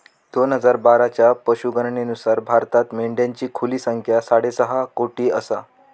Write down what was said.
दोन हजार बाराच्या पशुगणनेनुसार भारतात मेंढ्यांची खुली संख्या साडेसहा कोटी आसा